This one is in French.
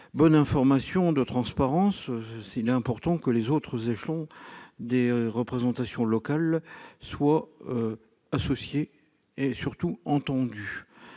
bonne information et de transparence, il est important que les autres échelons des représentations locales soient associés et, surtout, entendus.